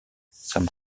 some